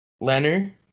Leonard